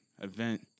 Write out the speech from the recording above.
event